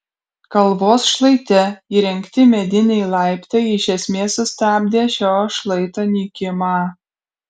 kalvos šlaite įrengti mediniai laiptai iš esmės sustabdė šio šlaito nykimą